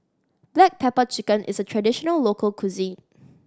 black pepper chicken is a traditional local cuisine